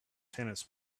tennis